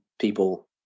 people